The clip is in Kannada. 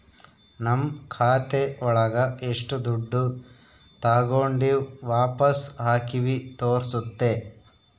ನಮ್ ಖಾತೆ ಒಳಗ ಎಷ್ಟು ದುಡ್ಡು ತಾಗೊಂಡಿವ್ ವಾಪಸ್ ಹಾಕಿವಿ ತೋರ್ಸುತ್ತೆ